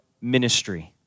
ministry